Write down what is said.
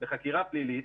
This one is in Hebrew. בחקירה פלילית,